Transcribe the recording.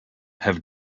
have